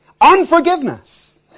unforgiveness